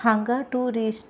हांगा ट्युरिस्ट